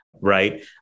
right